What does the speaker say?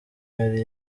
yari